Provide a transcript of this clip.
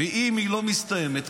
ואם היא לא מסתיימת,